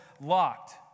locked